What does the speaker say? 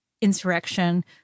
insurrection